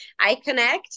iConnect